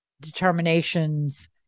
determinations